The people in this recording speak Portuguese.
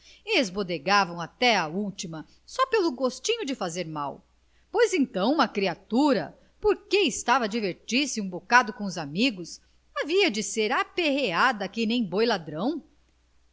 esbodegavam até à última só pelo gostinho de fazer mal pois então uma criatura porque estava a divertir-se um bocado com os amigos havia de ser aperreada que nem boi ladrão